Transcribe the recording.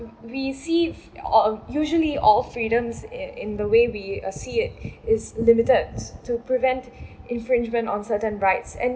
we see or usually all freedoms in in the way we uh see it is limited to prevent infringement on certain rights and